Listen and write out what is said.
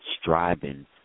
striving